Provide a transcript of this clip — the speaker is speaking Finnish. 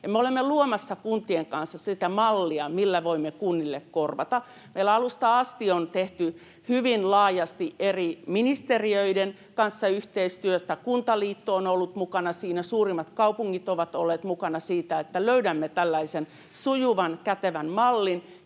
olemme luomassa kuntien kanssa sitä mallia, millä voimme kunnille korvata. Meillä alusta asti on tehty hyvin laajasti eri ministeriöiden kanssa yhteistyötä, Kuntaliitto on ollut mukana siinä, suurimmat kaupungit ovat olleet mukana siinä, että löydämme tällaisen sujuvan, kätevän mallin,